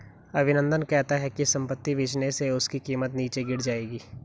अभिनंदन कहता है कि संपत्ति बेचने से उसकी कीमत नीचे गिर जाएगी